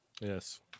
Yes